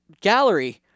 Gallery